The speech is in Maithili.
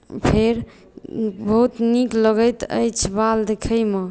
फेर बहुत नीक लगैत अछि बाल देखैमे